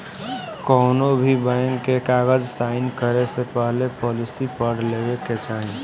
कौनोभी बैंक के कागज़ साइन करे से पहले पॉलिसी पढ़ लेवे के चाही